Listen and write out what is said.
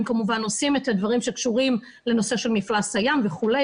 הם כמובן עושים את הדברים שקשורים לנושא של מפלס הים וכו',